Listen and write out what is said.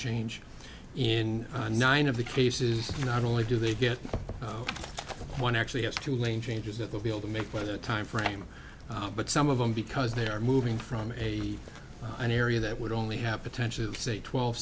change in nine of the cases not only do they get one actually have two lane changes that they'll be able to make by the time frame but some of them because they are moving from a an area that would only have potential say twelve